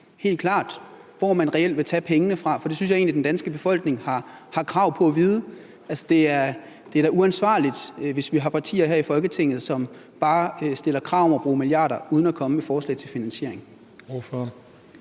helt klart, hvor man reelt vil tage pengene fra, for det synes jeg egentlig den danske befolkning har krav på at vide. Det er da uansvarligt, hvis vi har partier her i Folketinget, som bare stiller krav om at bruge milliarder uden at komme med forslag til finansiering.